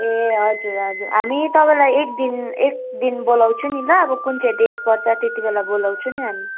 ए हजुर हजुर हामी तपाईँलाई एक दिन एक दिन बोलाउँछौँ नि ल अब कुन चाहिँ डेट पर्छ त्यति बेला बोलाउँछौँ नि हामी